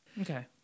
okay